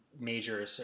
major